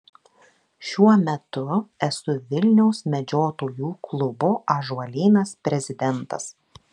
šiuo metu esu vilniaus medžiotojų klubo ąžuolynas prezidentas